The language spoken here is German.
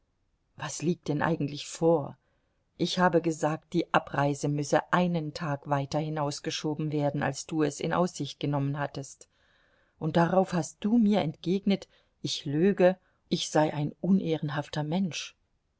was liegt denn eigentlich vor ich habe gesagt die abreise müsse einen tag weiter hinausgeschoben werden als du es in aussicht genommen hattest und darauf hast du mir entgegnet ich löge ich sei ein unehrenhafter mensch